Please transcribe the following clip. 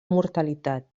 mortalitat